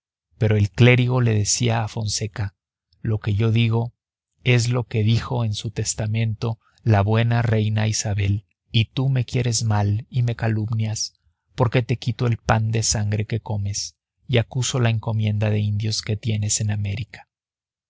pero el clérigo le decía a fonseca lo que yo digo es lo que dijo en su testamento la buena reina isabel y tú me quieres mal y me calumnias porque te quito el pan de sangre que comes y acuso la encomienda de indios que tienes en américa